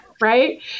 Right